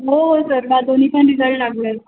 हो सर मा दोन्ही पण रिजल्ट लागले